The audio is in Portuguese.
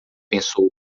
pensou